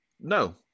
no